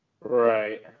Right